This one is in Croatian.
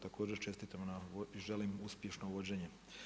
Također čestitam i želim uspješno vođenje.